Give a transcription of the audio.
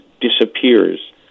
disappears